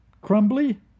Crumbly